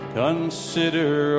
consider